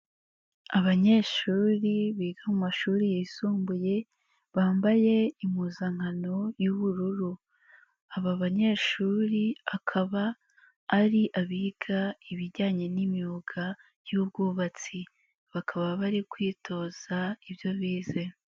Abanyeshuri biga mu mashuri yisumbuye, bambaye impuzankano y'ubururu, aba banyeshuri akaba ari abiga ibijyanye n'imyuga y'ubwubatsi, bakaba bari kwitoza ibyo bize.